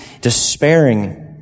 despairing